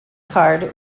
card